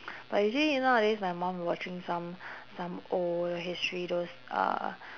but usually you know nowadays my mom watching some some old history those uh